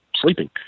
sleeping